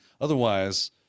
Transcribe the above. Otherwise